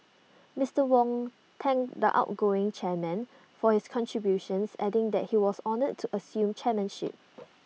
Mister Wong thanked the outgoing chairman for his contributions adding that he was honoured to assume chairmanship